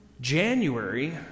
January